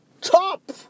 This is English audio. top